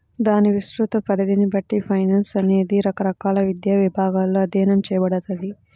దాని విస్తృత పరిధిని బట్టి ఫైనాన్స్ అనేది రకరకాల విద్యా విభాగాలలో అధ్యయనం చేయబడతది